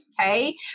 okay